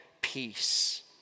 peace